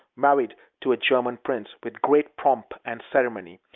married to a german prince, with great pomp and ceremony,